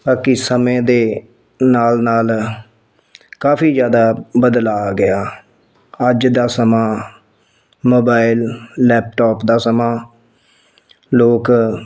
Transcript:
ਬਾਕੀ ਸਮੇਂ ਦੇ ਨਾਲ ਨਾਲ ਕਾਫੀ ਜ਼ਿਆਦਾ ਬਦਲਾਅ ਆ ਗਿਆ ਅੱਜ ਦਾ ਸਮਾਂ ਮੋਬਾਇਲ ਲੈਪਟਾਪ ਦਾ ਸਮਾਂ ਲੋਕ